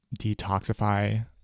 detoxify